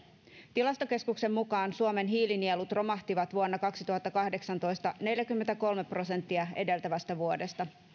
tilastokeskuksen mukaan suomen hiilinielut romahtivat kaksituhattakahdeksantoista vuonna neljäkymmentäkolme prosenttia edeltävästä vuodesta